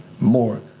more